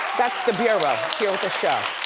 that's the bureau here at the show.